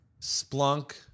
Splunk